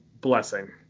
blessing